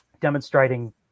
Demonstrating